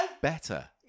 Better